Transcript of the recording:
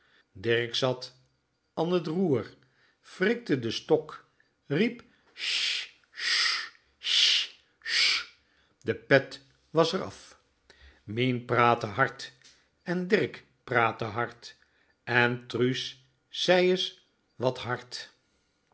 an t roer wrikte den stok riep sisch susch sisch susch de pret was r af mien praatte hard en dirk praatte hard en truus zei es wat hard